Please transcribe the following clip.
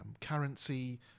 currency